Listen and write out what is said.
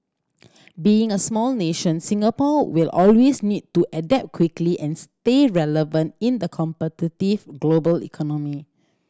being a small nation Singapore will always need to adapt quickly and stay relevant in the competitive global economy